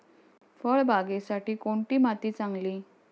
फळबागेसाठी कोणती माती चांगली?